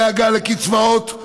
בדאגה לקצבאות,